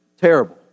terrible